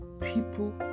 people